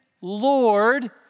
Lord